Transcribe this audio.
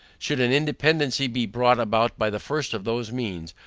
should an independancy be brought about by the first of those means,